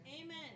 Amen